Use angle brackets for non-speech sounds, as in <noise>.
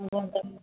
<unintelligible>